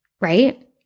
right